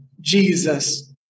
Jesus